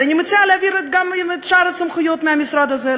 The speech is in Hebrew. אז אני מציעה להעביר אליו גם את שאר הסמכויות מהמשרד הזה.